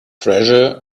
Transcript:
treasure